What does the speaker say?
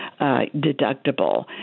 deductible